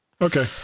Okay